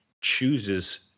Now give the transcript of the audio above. chooses